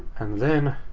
and then